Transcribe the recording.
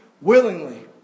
willingly